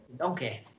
Okay